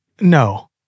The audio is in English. No